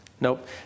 Nope